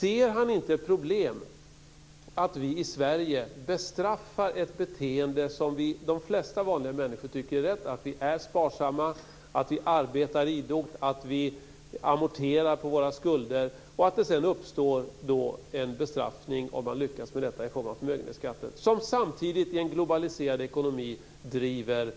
Ser han inte ett problem i att vi i Sverige bestraffar ett beteende som de flesta vanliga människor tycker är rätt? Om vi lyckas vara sparsamma, arbeta idogt och amortera på våra skulder uppstår det en bestraffning i form av en förmögenhetsskatt som samtidigt i en globaliserad ekonomi driver